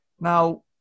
Now